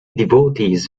devotees